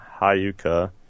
Hayuka